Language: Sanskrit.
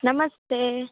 नमस्ते